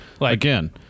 again